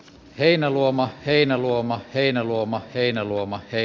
heinäluoma heinäluoma heinäluoma heinäluoma ei